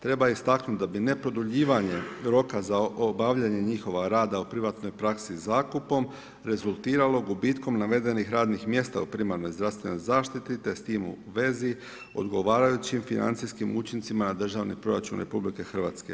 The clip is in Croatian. Treba istaknuti da bi ne produljivanje roka za obavljanje njihova rada o privatnoj praksi zakupom rezultiralo gubitkom navedenih radnih mjesta u primarnoj zdravstvenoj zaštiti te s tim u vezi odgovarajućim financijskim učincima na državni proračun RH.